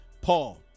Paul